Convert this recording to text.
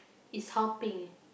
is helping